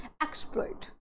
exploit